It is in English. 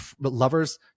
lovers